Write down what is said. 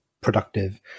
productive